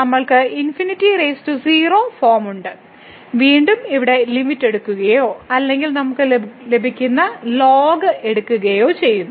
നമ്മൾക്ക് ∞0 ഫോം ഉണ്ട് വീണ്ടും ഇവിടെ ലിമിറ്റ് എടുക്കുകയോ അല്ലെങ്കിൽ നമുക്ക് ലഭിക്കുന്ന ലോഗരിഥമിക് എടുക്കുകയോ ചെയ്യുക